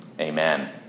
amen